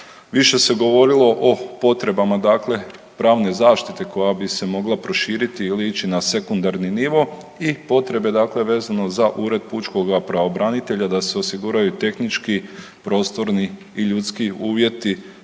Više se govorilo o potrebama, dakle pravne zaštite koja bi se mogla proširiti ili ići na sekundarni nivo i potrebe, dakle vezano za Ured pučkoga pravobranitelja da se osiguraju tehnički, prostorni i ljudski uvjeti